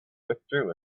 withdrew